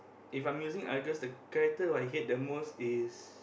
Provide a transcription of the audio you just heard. if I'm using Argus the character I hate the most is